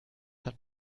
hat